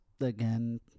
again